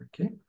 Okay